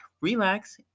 relax